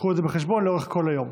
קחו את זה בחשבון לאורך כל היום.